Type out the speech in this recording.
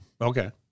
Okay